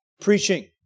Preaching